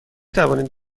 توانید